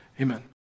Amen